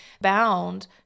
bound